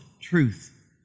truth